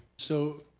so